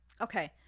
Okay